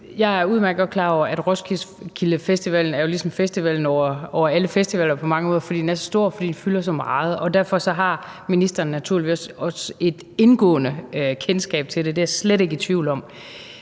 jeg er udmærket godt klar over, at Roskilde Festival ligesom er festivalen over alle festivaler på mange måder, fordi den er så stor, og fordi den fylder så meget. Derfor har ministeren naturligvis også et indgående kendskab til det – det er jeg slet ikke i tvivl om.